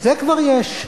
זה כבר יש.